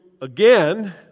again